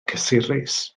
cysurus